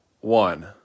one